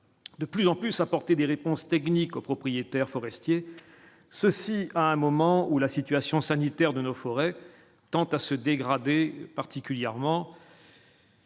de plus en plus apporter des réponses techniques aux propriétaires forestiers, ceci à un moment où la situation sanitaire de nos forêts tend à se dégrader particulièrement.